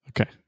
Okay